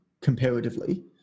comparatively